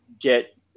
get